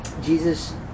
Jesus